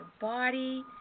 body